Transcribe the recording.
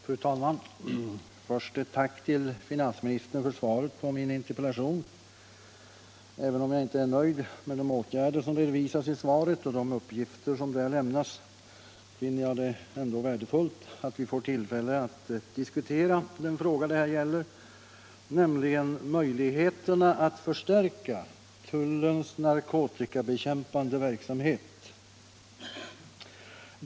Fru talman! Först ett tack till finansministern för svaret på min interpellation. Även om jag inte är nöjd med de åtgärder som redovisas i svaret och de uppgifter som där lämnas finner jag det värdefullt att vi får tillfälle att diskutera den fråga det här gäller, nämligen möjligheterna att förstärka tullens narkotikabekämpande verksamhet.